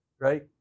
Right